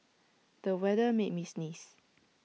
the weather made me sneeze